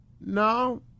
No